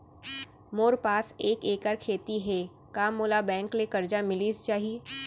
मोर पास एक एक्कड़ खेती हे का मोला बैंक ले करजा मिलिस जाही?